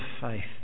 faith